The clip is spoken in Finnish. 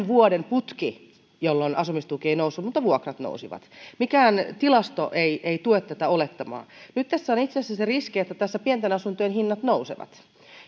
vuoden putki jolloin asumistuki ei noussut mutta vuokrat nousivat mikään tilasto ei ei tue tätä olettamaa nyt tässä on itse asiassa se riski että pienten asuntojen hinnat nousevat